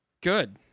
Good